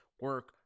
Work